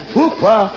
Pourquoi